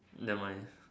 never mind